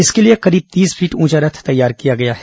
इसके लिए करीब तीस फीट ऊंचा रथ तैयार किया गया है